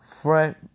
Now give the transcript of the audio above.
Fred